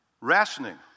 Rationing